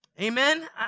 Amen